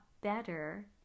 better